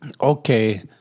Okay